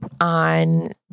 on